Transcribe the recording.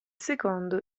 secondo